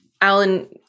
Alan